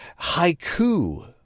Haiku